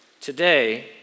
Today